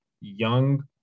young